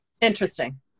Interesting